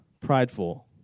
prideful